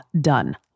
done